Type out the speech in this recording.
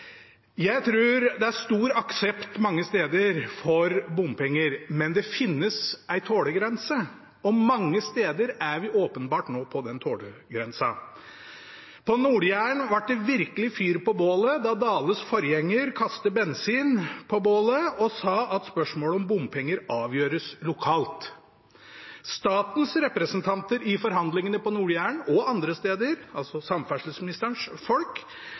Jeg tror det er stor aksept mange steder for bompenger, men det finnes en tålegrense, og mange steder er vi åpenbart nå på den tålegrensen. På Nord-Jæren ble det virkelig fyr på bålet da Dales forgjenger kastet bensin på bålet og sa at spørsmålet om bompenger avgjøres lokalt. Statens representanter i forhandlingene på Nord-Jæren og andre steder, altså samferdselsministerens folk,